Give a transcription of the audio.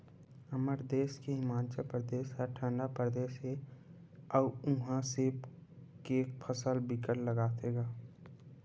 हमर देस के हिमाचल परदेस ह ठंडा परदेस हे अउ उहा सेब के फसल बिकट लगाथे गा